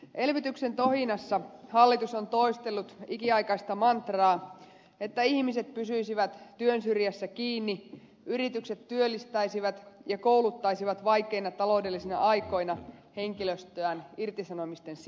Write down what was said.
elvytyksen tohinassa hallitus on toistellut ikiaikaista mantraa että ihmiset pysyisivät työn syrjässä kiinni yritykset työllistäisivät ja kouluttaisivat vaikeina taloudellisina aikoina henkilöstöään irtisanomisten sijaan